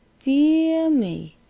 deah me!